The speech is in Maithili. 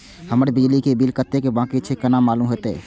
हमर बिजली के बिल कतेक बाकी छे केना मालूम होते?